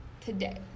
Today